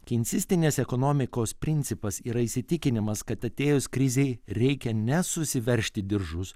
keinsistinės ekonomikos principas yra įsitikinimas kad atėjus krizei reikia ne susiveržti diržus